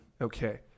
Okay